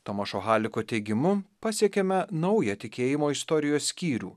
tomašo haliko teigimu pasiekėme naują tikėjimo istorijos skyrių